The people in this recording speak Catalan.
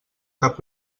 cap